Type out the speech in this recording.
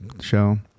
show